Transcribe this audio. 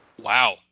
Wow